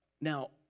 Now